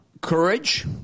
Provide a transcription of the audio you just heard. Courage